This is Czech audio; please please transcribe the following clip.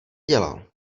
dělal